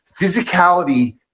physicality